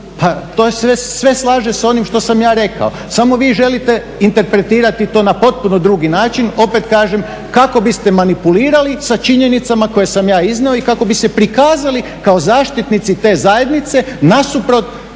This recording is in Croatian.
se sve slaže s onim što sam ja rekao, samo vi želite interpretirati to na potpuno drugim način, opet kažem kako biste manipulirali sa činjenicama koje sam ja iznio i kako bi se prikazali kao zaštitnici te zajednice nasuprot